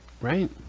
Right